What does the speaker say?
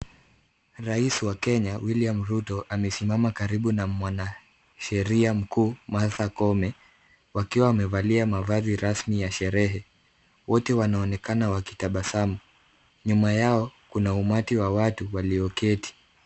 Rais wa Kenya William Ruto amesimama karibu na mwanasheria mkuu Martha Koome, wakiwa wamevalia mavazi rasmi ya sherehe. Wote wanaonekana wakitabasamu. Nyuma yao kuna umati wa watu walioketi.